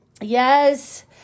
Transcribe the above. Yes